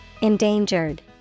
Endangered